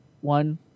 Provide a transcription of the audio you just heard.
one